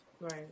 Right